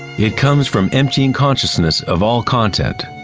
it comes from emptying consciousness of all content.